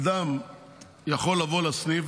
אדם יכול לבוא לסניף,